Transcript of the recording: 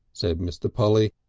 said mr. polly,